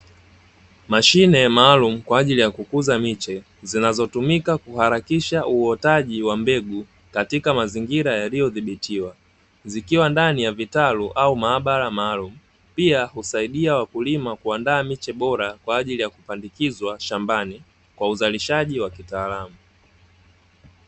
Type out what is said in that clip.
Mashine maalamu kwa ajili ya kukuza miche zinazotumika kuharakisha uotaji wa mbegu katika mazingira yaliyodhibitiwa zikiwa ndani ya vitalu au maabara maalum pia husaidia wakulima kuandaa miche bora kwa ajili ya kupandikizwa shambani kwa uzalishaji wa kitaalamu